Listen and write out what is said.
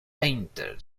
painter